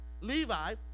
Levi